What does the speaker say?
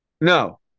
No